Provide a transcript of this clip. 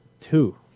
Two